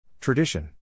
Tradition